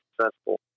successful